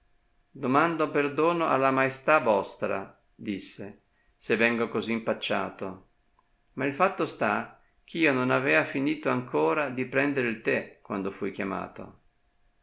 domando perdono alla maestà vostra disse se vengo così impacciato ma il fatto sta ch'io non avea finito ancora di prendere il tè quando fui chiamato